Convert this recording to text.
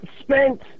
spent